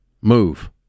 Move